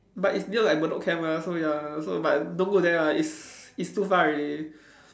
but it's near like Bedok camp lah so ya so but don't go there lah it's it's too far already